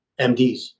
MDs